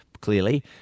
clearly